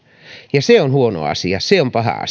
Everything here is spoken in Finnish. ja se on huono asia se on paha